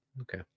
okay